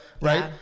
right